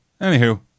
Anywho